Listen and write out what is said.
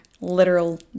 literal